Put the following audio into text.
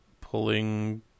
pulling